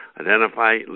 Identify